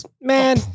Man